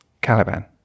Caliban